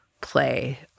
play